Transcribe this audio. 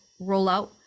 rollout